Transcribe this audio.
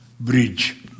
Bridge